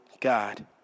God